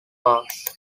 parks